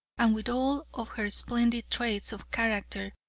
and with all of her splendid traits of character,